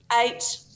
Eight